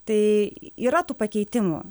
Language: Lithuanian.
tai yra tų pakeitimų